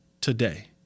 today